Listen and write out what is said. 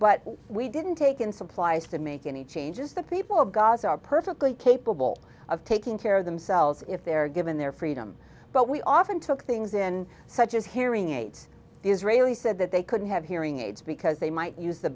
but we didn't take in supplies to make any changes the people of gaza are perfectly capable of taking care of themselves if they're given their freedom but we often took things in such as hearing aids israeli said that they couldn't have hearing aids because they might use the